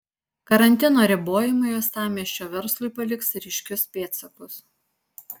karantino ribojimai uostamiesčio verslui paliks ryškius pėdsakus